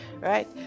right